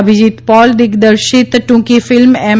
અભિજિત પોલ દિગ્દર્શિત ટ્રંકી ફિલ્મ એમ